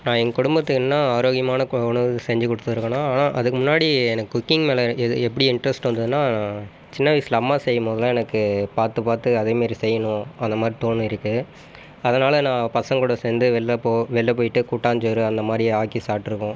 நான் என் குடும்பத்துக்கு என்ன ஆரோக்கியமான உணவு செஞ்சுக்கொடுத்துருக்கனா ஆனால் அதுக்கு முன்னாடி எனக்கு குக்கிங் மேல் எப்படி இன்ட்ரெஸ்ட் வந்ததுனா சின்ன வயசில் அம்மா செய்யும்போதெலாம் எனக்கு பார்த்து பார்த்து அதே மாரி செய்யணும் அந்த மாதிரி தோணியிருக்கு அதனால நான் பசங்கள் கூட சேர்ந்து வெள்ள போ வெளியில் போய்ட்டு கூட்டாஞ்சோறு அந்தமாதிரி ஆக்கி சாப்பிட்ருக்கோம்